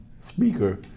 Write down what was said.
speaker